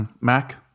Mac